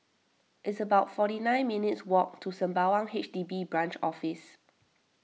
it's about forty nine minutes' walk to Sembawang H D B Branch Office